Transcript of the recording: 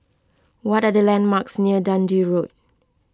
what are the landmarks near Dundee Road